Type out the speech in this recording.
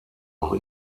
auch